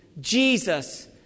Jesus